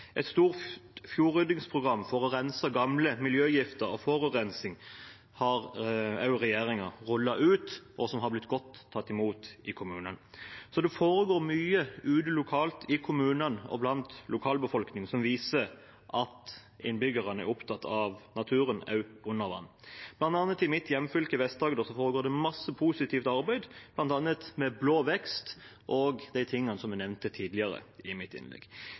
et stort fjordryddingsprogram for å rense ut gamle miljøgifter og forurensning, noe som har blitt godt tatt imot i kommunene. Så det foregår mye ute lokalt i kommunene og blant lokalbefolkningen som viser at innbyggerne er opptatt av naturen også under vann. Blant annet i mitt hjemfylke, Vest-Agder, foregår det masse positivt arbeid, bl.a. med Blå vekst og de tingene som jeg nevnte tidligere i mitt innlegg.